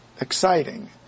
exciting